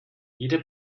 jeder